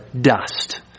dust